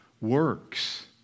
works